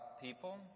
people